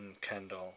Kendall